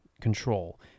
control